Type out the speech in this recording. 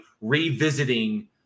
revisiting